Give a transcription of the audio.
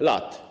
lat.